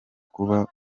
kuba